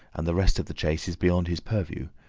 and the rest of the chase is beyond his purview.